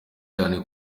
cyane